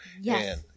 Yes